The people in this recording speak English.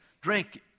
drink